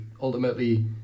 ultimately